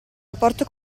rapporto